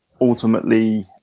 ultimately